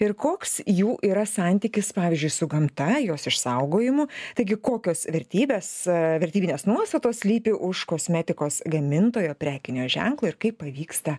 ir koks jų yra santykis pavyzdžiui su gamta jos išsaugojimu taigi kokios vertybės vertybinės nuostatos slypi už kosmetikos gamintojo prekinio ženklo ir kaip pavyksta